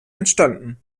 entstanden